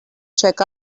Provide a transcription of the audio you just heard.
check